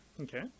okay